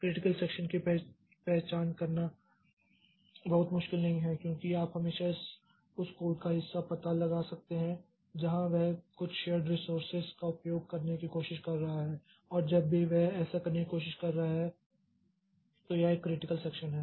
critical section की पहचान करना बहुत मुश्किल नहीं है क्योंकि आप हमेशा उस कोड का हिस्सा पता लगा सकते हैं जहां वह कुछ शेर्ड रिसोर्सस का उपयोग करने की कोशिश कर रहा है और जब भी वह ऐसा करने की कोशिश कर रहा है तो यह एक क्रिटिकल सेक्षन है